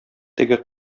теге